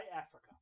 Africa